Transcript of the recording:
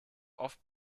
oft